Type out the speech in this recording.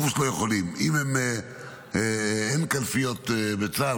אין קלפיות בצה"ל,